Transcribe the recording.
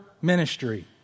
ministry